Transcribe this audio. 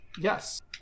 Yes